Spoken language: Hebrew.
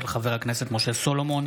של חבר הכנסת משה סולומון,